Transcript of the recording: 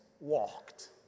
walked